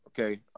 okay